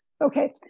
Okay